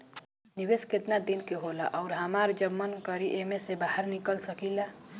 निवेस केतना दिन के होला अउर हमार जब मन करि एमे से बहार निकल सकिला?